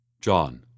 John